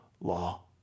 law